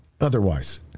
otherwise